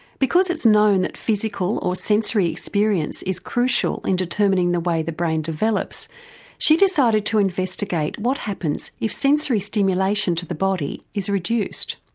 because it's known that physical or sensory experience is crucial in determining the way the brain develops she decided to investigate what happens if sensory stimulation to the body is reduced.